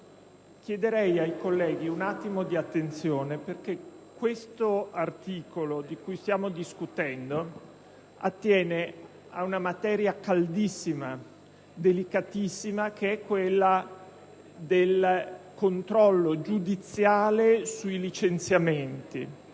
chiederei ai colleghi un po'di attenzione, perché l'articolo di cui stiamo discutendo attiene ad una materia caldissima e delicatissima: quella del controllo giudiziale sui licenziamenti.